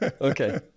Okay